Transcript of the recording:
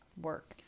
work